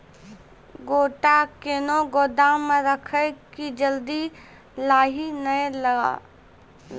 गोटा कैनो गोदाम मे रखी की जल्दी लाही नए लगा?